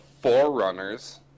forerunners